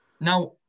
Now